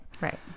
Right